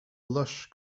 lush